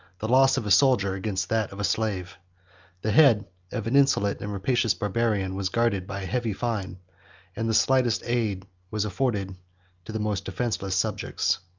the loss of a soldier against that of a slave the head of an insolent and rapacious barbarian was guarded by a heavy fine and the slightest aid was afforded to the most defenceless subjects.